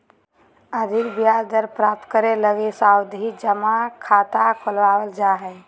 अधिक ब्याज दर प्राप्त करे लगी सावधि जमा खाता खुलवावल जा हय